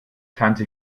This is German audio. tante